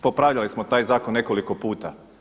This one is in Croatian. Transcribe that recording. Popravljali smo taj zakon nekoliko puta.